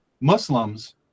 Muslims